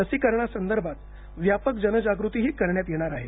लसीकरणासंदर्भात व्यापक जनजागृतीही करण्यात येणार आहे